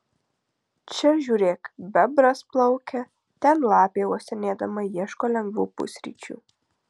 čia žiūrėk bebras plaukia ten lapė uostinėdama ieško lengvų pusryčių